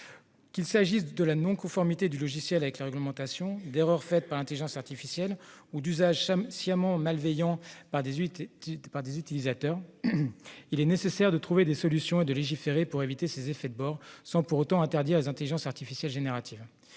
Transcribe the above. découlent d'une non-conformité du logiciel avec la réglementation, d'erreurs faites par l'intelligence artificielle ou d'usages sciemment malveillants qu'en font ses utilisateurs, il est nécessaire de trouver des solutions et de légiférer pour éviter ces effets de bord, sans pour autant interdire les intelligences artificielles génératives.